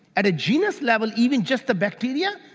at a genus level, even just the bacteria,